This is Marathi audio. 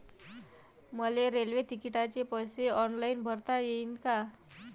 मले रेल्वे तिकिटाचे पैसे ऑनलाईन भरता येईन का?